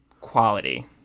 quality